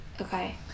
Okay